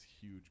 huge